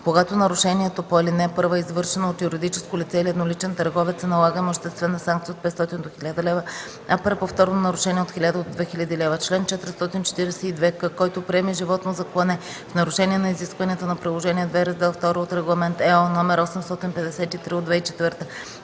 Когато нарушението по ал. 1 е извършено от юридическо лице или едноличен търговец, се налага имуществена санкция от 500 до 1000 лв., а при повторно нарушение – от 1000 до 2000 лв. Чл. 442к. Който приеме животно за клане в нарушение на изискванията на Приложение II, Раздел ІІ от Регламент (ЕО) № 853/2004,